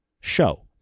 show